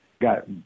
got